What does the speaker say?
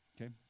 okay